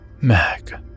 Meg